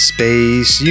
Space